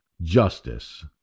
justice